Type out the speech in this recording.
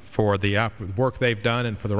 for the app work they've done and for the